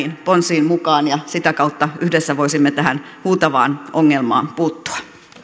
ponsiin mukaan ja sitä kautta yhdessä voisimme tähän huutavaan ongelmaan puuttua